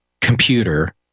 computer